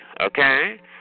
okay